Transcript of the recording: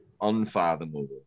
unfathomable